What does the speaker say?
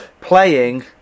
Playing